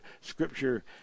scripture